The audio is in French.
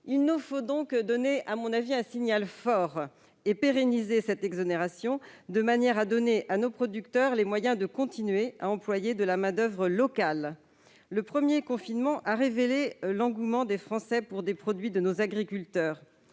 Il nous faut donc envoyer un signal fort, en pérennisant ce dispositif d'exonération. Ainsi, nous donnerons à nos producteurs les moyens de continuer à employer de la main-d'oeuvre locale. Le premier confinement a révélé l'engouement des Français pour les produits de nos agriculteurs.